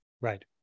Right